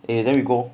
eh then we go